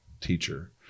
teacher